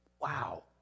Wow